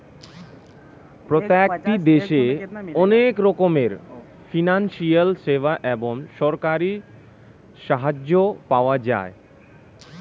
প্রত্যেকটি দেশে অনেক রকমের ফিনান্সিয়াল সেবা এবং সরকারি সাহায্য পাওয়া যায়